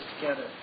together